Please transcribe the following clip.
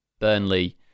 Burnley